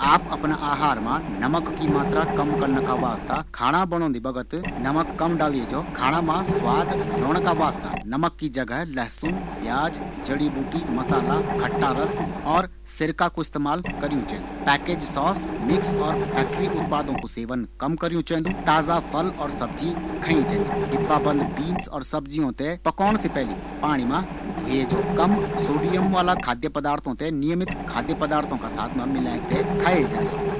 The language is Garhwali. आप अपना अहार मा नमक की मात्र ते कम कन्ना का वास्ता खाना बणोंदि वक्त नमक कम डालो खाना मा स्वाद बढ़ोन का वास्ता नमक की जगह लहसुन प्याज अदरक और कई प्रकास का मसाला डाली सकदिन